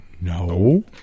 No